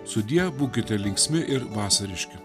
sudie būkite linksmi ir vasariški